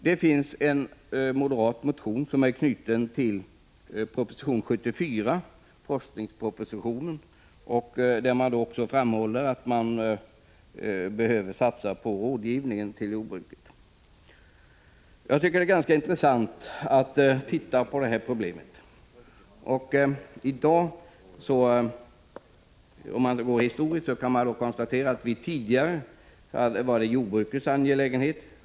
Det finns en moderat motion som är knuten till proposition 74, forskningspropositionen, där det framhålls att det är nödvändigt med satsningar på rådgivning till jordbruket. Det är ganska intressant att se på det här problemet. Ser man det ur historiskt perspektiv kan man konstatera att rådgivningen tidigare var jordbrukets angelägenhet.